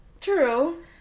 True